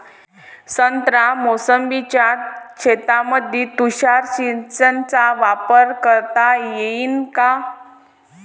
संत्रा मोसंबीच्या शेतामंदी तुषार सिंचनचा वापर करता येईन का?